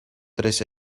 tres